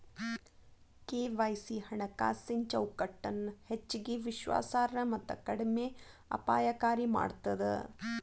KYC ಹಣಕಾಸಿನ್ ಚೌಕಟ್ಟನ ಹೆಚ್ಚಗಿ ವಿಶ್ವಾಸಾರ್ಹ ಮತ್ತ ಕಡಿಮೆ ಅಪಾಯಕಾರಿ ಮಾಡ್ತದ